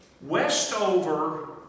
Westover